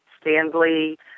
Stanley